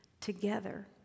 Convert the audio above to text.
together